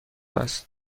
است